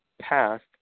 passed